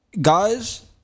guys